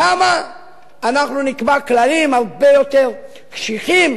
שם אנחנו נקבע כללים הרבה יותר קשיחים